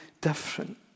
different